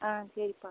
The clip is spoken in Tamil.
ஆ சரிப்பா